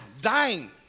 dying